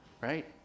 right